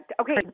Okay